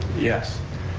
yes,